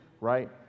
right